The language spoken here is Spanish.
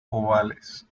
ovales